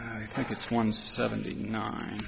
i think it's ones seventy nine